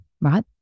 right